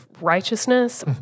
righteousness